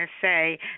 say